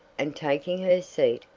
and taking her seat,